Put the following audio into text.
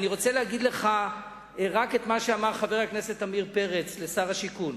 אני רוצה להגיד לך רק את מה שאמר חבר הכנסת עמיר פרץ לשר השיכון.